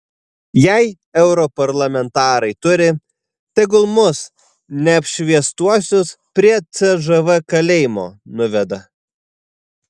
jei europarlamentarai turi tegul mus neapšviestuosius prie cžv kalėjimo nuveda